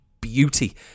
beauty